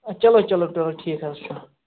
چَلو چَلو تُل حظ ٹھیٖک حظ چھُ